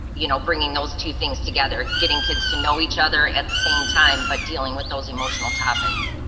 you know, bringing those two things together, getting kids to know each other at the same time, but dealing with those emotional topics.